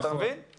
נכון, אמת.